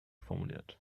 formuliert